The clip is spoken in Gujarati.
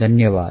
ધન્યવાદ